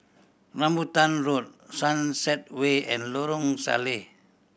Rambutan Road Sunset Way and Lorong Salleh